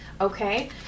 Okay